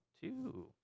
two